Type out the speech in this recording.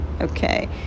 okay